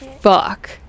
fuck